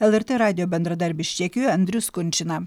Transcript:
lrt radijo bendradarbis čekijoj andrius kunčina